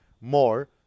more